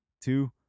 two